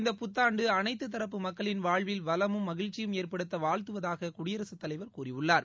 இந்த புத்தாண்டு அனைத்து தரப்பு மக்களின் வாழ்வில் வளமும் மகிழ்ச்சியும் ஏற்படுத்த வாழ்த்துவதாக குடியரசுத் தலைவர் கூறியுள்ளார்